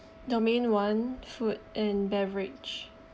domain one food and beverage